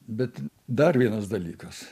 bet dar vienas dalykas